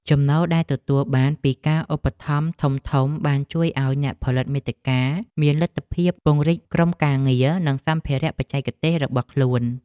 ចំណូលដែលទទួលបានពីការឧបត្ថម្ភធំៗបានជួយឱ្យអ្នកផលិតមាតិកាមានលទ្ធភាពពង្រីកក្រុមការងារ និងសម្ភារៈបច្ចេកទេសរបស់ខ្លួន។